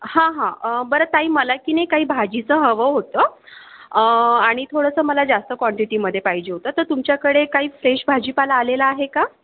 हां हां बरं ताई मला की नाही काही भाजीचं हवं होतं आणि थोडंसं मला जास्त क्वान्टिटीमध्ये पाहिजे होतं तर तुमच्याकडे काही फ्रेश भाजीपाला आलेला आहे का